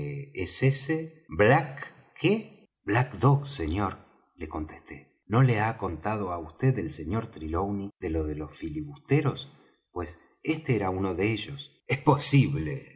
es ese black qué black dog señor le contesté no le ha contado á vd el sr trelawney lo de los filibusteros pues este era uno de ellos es posible